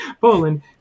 Poland